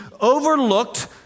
overlooked